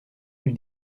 lui